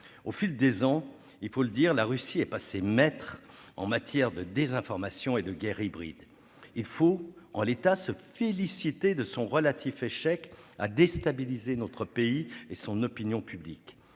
Au fil des ans, la Russie est passée maître en matière de désinformation et de guerre hybride. Il faut, en l'état, se féliciter de son relatif échec à déstabiliser notre pays et son opinion publique.